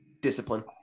discipline